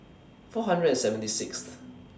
four hundred and seventy Sixth